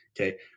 Okay